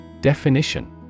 Definition